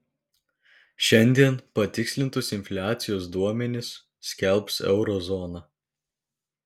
šiandien patikslintus infliacijos duomenis skelbs euro zona